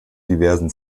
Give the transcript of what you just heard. diversen